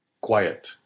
quiet